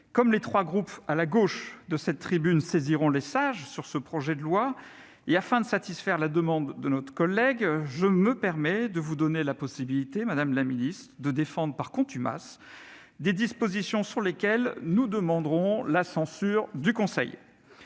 Comme les trois groupes placés à la gauche de cette tribune saisiront les Sages sur ce projet de loi et afin de satisfaire la demande de notre collègue députée, je me permets de vous donner la possibilité, madame la ministre, de défendre, par contumace, des dispositions sur lesquelles nous demanderons la censure du Conseil